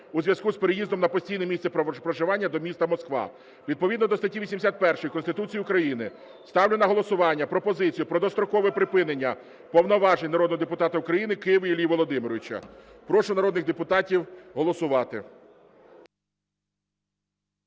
у зв’язку з переїздом на постійне місце проживання до міста Москва. Відповідно до статті 81 Конституції України ставлю на голосування пропозицію про дострокове припинення повноважень народного депутата України Киви Іллі Володимировича. Прошу народних депутатів голосувати.